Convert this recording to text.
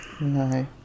No